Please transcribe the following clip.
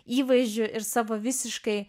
įvaizdžiu ir savo visiškai